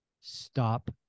stop